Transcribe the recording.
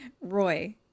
Roy